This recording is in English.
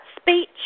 speech